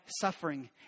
suffering